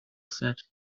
said